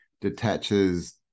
detaches